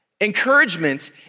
Encouragement